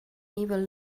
evil